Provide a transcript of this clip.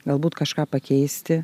galbūt kažką pakeisti